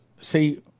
see